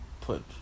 put